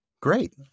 Great